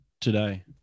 today